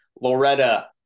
Loretta